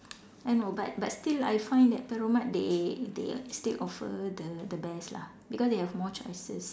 I know but but still I find that perromart they they still offer the the best lah because they have more choices